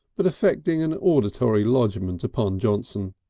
but effecting an auditory lodgment upon johnson.